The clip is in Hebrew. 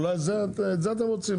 אולי את זה אתם רוצים.